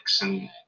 and-